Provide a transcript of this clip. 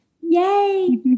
Yay